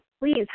please